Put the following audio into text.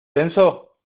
tenso